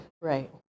Right